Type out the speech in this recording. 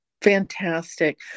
Fantastic